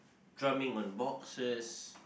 drumming on boxes